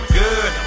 good